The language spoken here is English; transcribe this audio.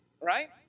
right